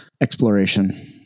exploration